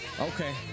Okay